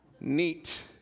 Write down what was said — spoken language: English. neat